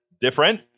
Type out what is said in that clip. different